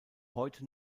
heute